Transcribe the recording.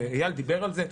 ואיל דיבר על זה,